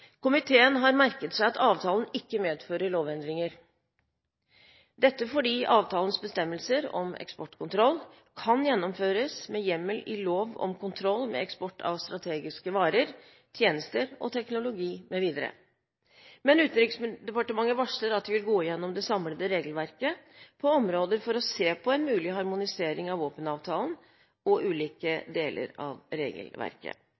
Komiteen har merket seg at avtalen ikke medfører lovendringer – dette fordi avtalens bestemmelser om eksportkontroll kan gjennomføres med hjemmel i lov om kontroll med eksport av strategiske varer, tjenester og teknologi, m.v. Men Utenriksdepartementet varsler at det vil gå gjennom det samlede regelverket på området for å se på en mulig harmonisering av våpenavtalen og ulike deler av regelverket.